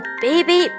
baby